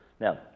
Now